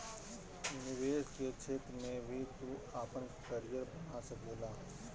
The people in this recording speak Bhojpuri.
निवेश के क्षेत्र में भी तू आपन करियर बना सकेला